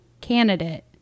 candidate